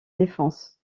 défense